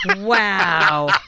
Wow